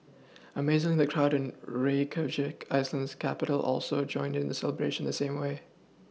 amazingly the crowd in Reykjavik iceland's capital also joined in the celebration the same way